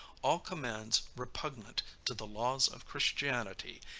all commands repugnant to the laws of christianity,